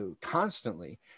constantly